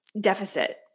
deficit